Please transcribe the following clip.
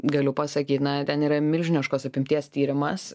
galiu pasakyt na ten yra milžiniškos apimties tyrimas